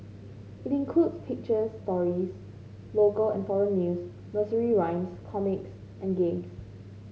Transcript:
it includes picture stories local and foreign news nursery rhymes comics and games